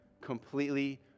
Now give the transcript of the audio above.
completely